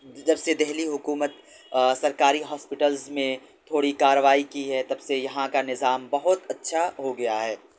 جب سے دہلی حکومت سرکاری ہاسپٹلس میں تھوڑی کاروائی کی ہے تب سے یہاں کا نظام بہت اچھا ہو گیا ہے